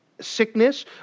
sickness